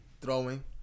throwing